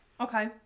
okay